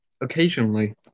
occasionally